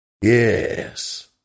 Yes